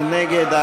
מי נגד?